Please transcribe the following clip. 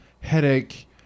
headache